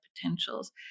potentials